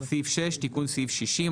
סעיף 6 תיקון סעיף 60,